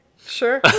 sure